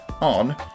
on